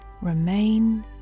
remain